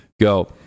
go